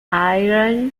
iran